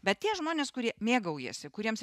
bet tie žmonės kurie mėgaujasi kuriems